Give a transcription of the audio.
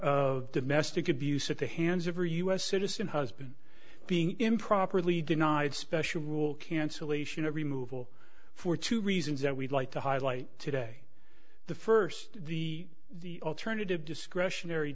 of domestic abuse at the hands of her u s citizen husband being improperly denied special rule cancellation a removal for two reasons that we'd like to highlight today the first the the alternative discretionary